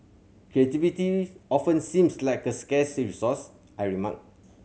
creativity often seems like a scarce resource I remark